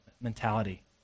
mentality